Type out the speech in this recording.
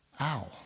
Ow